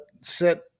set